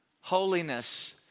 Holiness